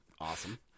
awesome